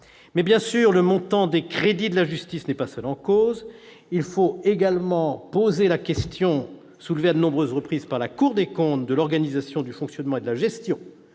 manquée. Le montant des crédits de la justice n'est bien sûr pas seul en cause. Il faut également poser la question, soulevée à de nombreuses reprises par la Cour des comptes, de l'organisation, du fonctionnement et de la gestion